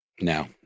No